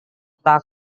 tak